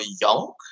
young